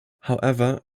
however